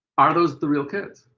are those the real kids?